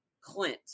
Clint